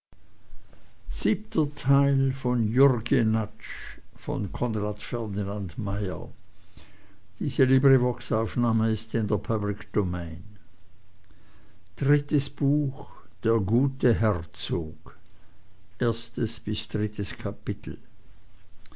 drittes buch der gute herzog erstes kapitel